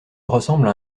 ressemble